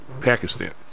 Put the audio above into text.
Pakistan